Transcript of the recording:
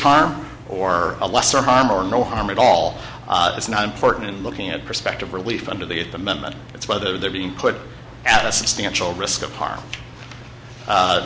harm or a lesser harm or no harm at all it's not important looking at perspective relief under the at the moment it's whether they're being put at a substantial risk of harm